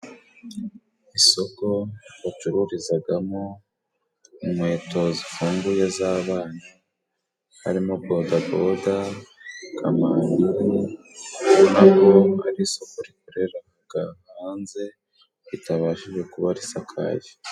Isoko bacururizagamo inkweto zifunguye z'abana harimo boda boda, kamambiri, ndabona ari isoko rikorera hanze ritabashije kuba risakaye.